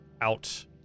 out